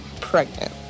pregnant